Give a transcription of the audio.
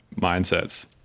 mindsets